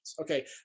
Okay